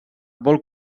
vol